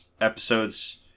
episodes